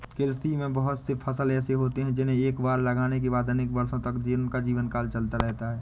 कृषि में बहुत से फसल ऐसे होते हैं जिन्हें एक बार लगाने के बाद अनेक वर्षों तक उनका जीवनकाल चलता रहता है